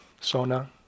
Sona